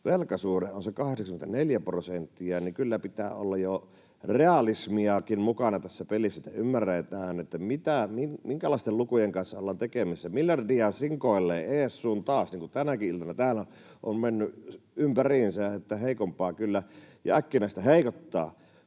velkasuhde on se 84 prosenttia, niin kyllä pitää olla jo realismiakin mukana tässä pelissä, että ymmärretään, minkäänlaisten lukujen kanssa ollaan tekemisissä. Miljardeja sinkoilee ees sun taas, niin kuin tänäkin iltana täällä on mennyt ympäriinsä, niin että heikompaa ja äkkinäistä kyllä heikottaa.